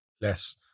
less